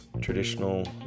traditional